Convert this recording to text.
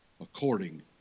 according